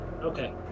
Okay